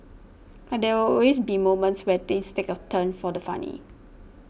but there always be moments where things take a turn for the funny